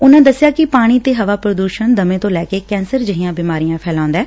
ਉਨੂਂ ਦਸਿਆ ਕਿ ਪਾਣੀ ਤੇ ਹਵਾ ਪ੍ਰਦੂਸ਼ਣ ਦਮੇ ਤੋਂ ਲੈ ਕੇ ਕੈਂਸ ਜਿਹੀਆਂ ਬਿਮਾਰੀਆਂ ਫੈਲਾਉਦਾ ਐ